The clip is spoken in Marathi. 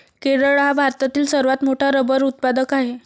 केरळ हा भारतातील सर्वात मोठा रबर उत्पादक आहे